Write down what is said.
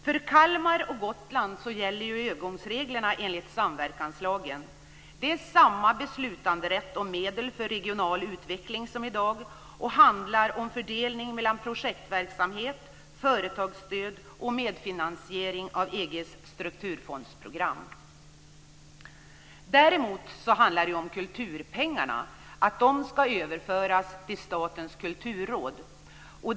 För Kalmar och Gotland gäller övergångsreglerna enligt samverkanslagen. Det är samma beslutanderätt om medel för regional utveckling som i dag och handlar om fördelning mellan projektverksamheter, om företagsstöd och medfinansiering av EG:s strukturfondsprogram. Däremot ska kulturpengarna överföras till Statens kulturråd.